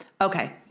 Okay